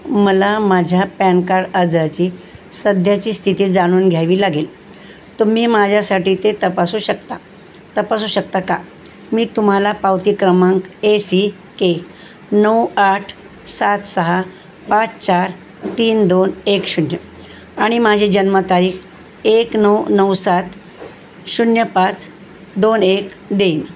मला माझ्या PAN card अर्जाची सध्याची स्थिती जाणून घ्यावी लागेल तुम्ही माझ्यासाठी ते तपासू शकता तपासू शकता का मी तुम्हाला पावती क्रमांक ए सी के नऊ आठ सात सहा पाच चार तीन दोन एक शून्य आणि माझी जन्मतारीख एक नऊ नऊ सात शून्य पाच दोन एक देईन